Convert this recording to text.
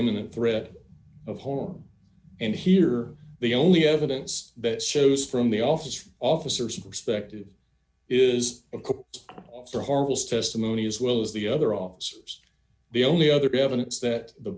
imminent threat of harm and here the only evidence that shows from the office for officers perspective is officer horribles testimony as well as the other officers the only other evidence that the